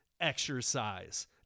exercise